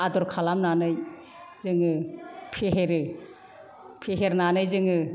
आदर खालामनानै जोङो फेहेरो फेहेरनानै जोङो